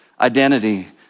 identity